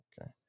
okay